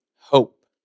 hope